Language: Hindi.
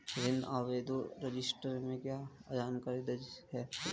ऋण आवेदन रजिस्टर में क्या जानकारी दर्ज है?